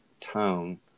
tone